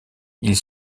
ils